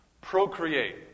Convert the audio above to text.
Procreate